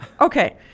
Okay